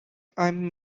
i’m